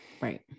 Right